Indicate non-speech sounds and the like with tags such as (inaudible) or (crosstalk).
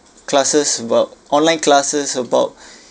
classes about online classes about (breath)